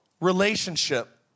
relationship